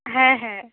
ᱦᱮᱸ ᱦᱮᱸ